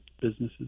businesses